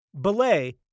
Belay